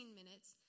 minutes